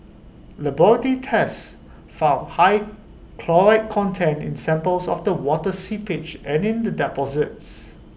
laboratory tests found high chloride content in samples of the water seepage and in the deposits